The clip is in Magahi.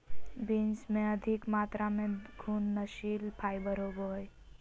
बीन्स में अधिक मात्रा में घुलनशील फाइबर होवो हइ